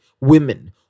women